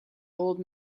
old